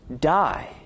die